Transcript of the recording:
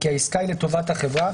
כי העסקה היא לטובת החברה,